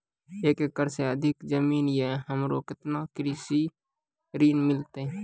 एक एकरऽ से अधिक जमीन या हमरा केतना कृषि ऋण मिलते?